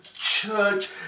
church